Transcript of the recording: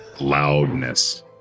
loudness